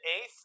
eighth